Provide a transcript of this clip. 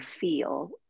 feel